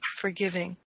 forgiving